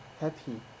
happy